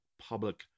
public